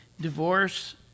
Divorce